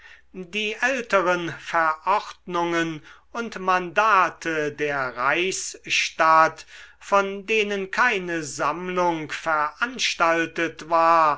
die älteren verordnungen und mandate der reichsstadt von denen keine sammlung veranstaltet war